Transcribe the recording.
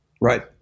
Right